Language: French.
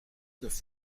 neuf